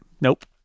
nope